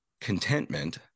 contentment